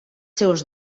seus